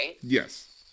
Yes